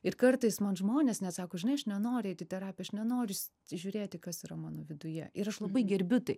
ir kartais man žmonės net sako žinai aš nenoriu eit į terapiją aš nenoriu žiūrėti kas yra mano viduje ir aš labai gerbiu tai